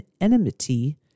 enmity